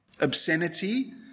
Obscenity